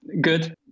good